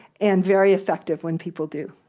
and very effective when people do.